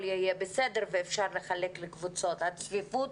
יהיה בסדר ושאפשר לחלק לקבוצות משום שהצפיפות